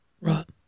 Right